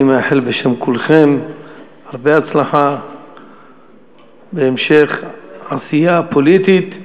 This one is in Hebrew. אני מאחל בשם כולכם הרבה הצלחה והמשך עשייה פוליטית.